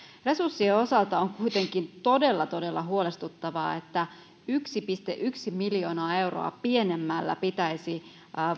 resurssien osalta on kuitenkin todella todella huolestuttavaa että yksi pilkku yksi miljoonaa euroa pienemmällä pitäisi